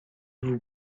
vous